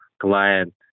client